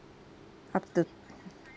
up to